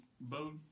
boat